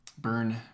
Burn